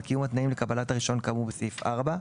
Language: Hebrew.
קיום התנאים לקבלת הרישיון כאמור בסעיף 4,